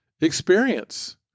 experience